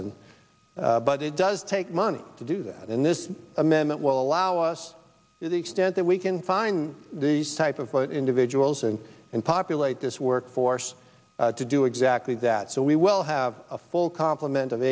and but it does take money to do that in this amendment will allow us to the extent that we can find these type of individuals and and populate this workforce to do exactly that so we will have a full complement of